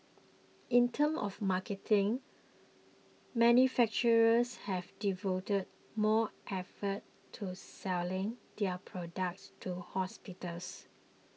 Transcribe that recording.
in terms of marketing manufacturers have devoted more effort to selling their products to hospitals